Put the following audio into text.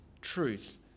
truth